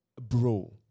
Bro